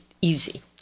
easy